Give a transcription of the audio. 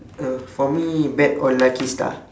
uh for me bet on lucky star